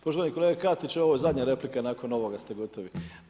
Poštovani kolega Katić, ovo je zadnja replika, nakon ovoga ste gotovi.